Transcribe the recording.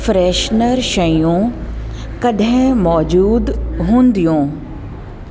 freshener शयूं कॾहिं मौजूदु हूंदियूं